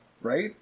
right